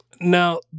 now